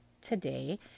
today